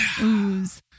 Ooze